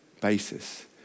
basis